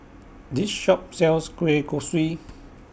This Shop sells Kueh Kosui